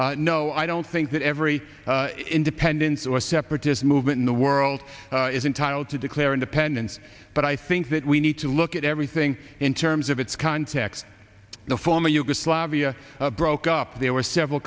no i don't think that every independent or separatist movement in the world is entitled to declare independence but i think that we need to look at everything in terms of its context the former yugoslavia broke up there were several